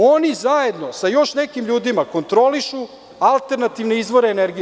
Oni zajedno sa još nekim ljudima kontrolišu alternativne izvore energije.